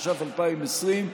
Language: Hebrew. התש"ף 2020,